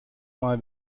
mal